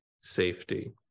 safety